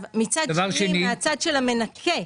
מצד שני, מהצד של המנכה,